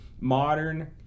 modern